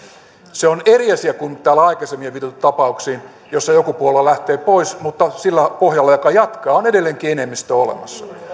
se on eri asia kuin täällä aikaisemmin viitatuissa tapauksissa joissa joku puolue lähtee pois mutta sillä pohjalla joka jatkaa on edelleenkin enemmistö olemassa